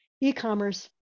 e-commerce